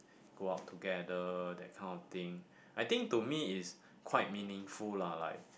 go out together that kind of thing I think to me is quite meaningful lah like